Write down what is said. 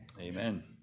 Amen